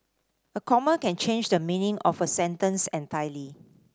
a comma can change the meaning of a sentence entirely